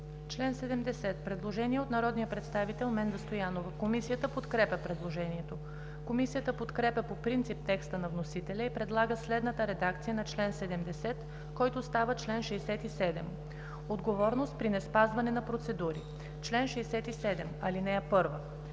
чл. 70 има предложение от народния представител Менда Стоянова. Комисията подкрепя предложението. Комисията подкрепя по принцип текста на вносителя и предлага следната редакция на чл. 70, който става чл. 67: „Отговорност при неспазване на процедури Чл. 67. (1)